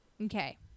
Okay